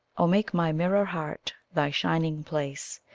oh make my mirror-heart thy shining-place,